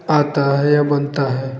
आता है या बनता है